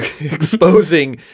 Exposing